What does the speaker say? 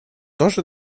тоже